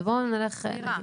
אני מסבירה.